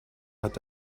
hat